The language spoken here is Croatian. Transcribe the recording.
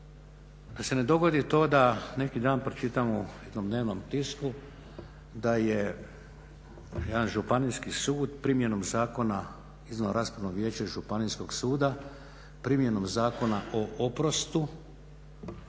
Da se ne dogodi to da neki dan pročitam u jednom dnevnom tisku da je jedan županijski sud primjenom Zakona, izvanraspravno vijeće županijskog suda primjenom Zakona o oprostu